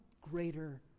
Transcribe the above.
greater